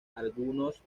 algunos